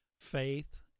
Faith